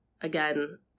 again